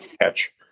catch